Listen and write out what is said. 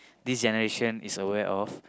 this generation is aware of